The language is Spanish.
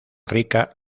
rica